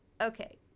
okay